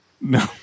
no